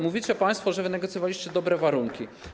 Mówicie państwo, że wynegocjowaliście dobre warunki.